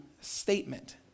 statement